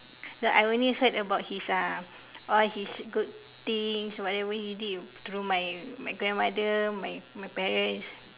like I only heard about his uh all his good things what ever he did through my grandmother my my parents